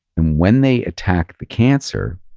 and when they attack the cancer,